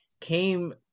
came